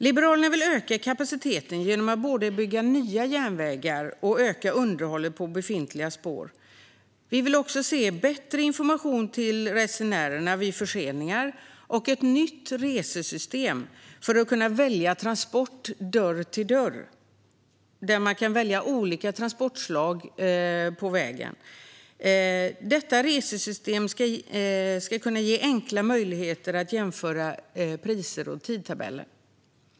Liberalerna vill öka kapaciteten genom att både bygga nya järnvägar och öka underhållet av befintliga spår. Vi vill se bättre information till resenärerna vid förseningar. Vi vill se ett nytt resesystem för transport dörr till dörr, där man kan välja flera olika transportslag på vägen. Detta resesystem ska ge möjlighet att enkelt jämföra priser och tidtabeller.